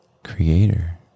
creator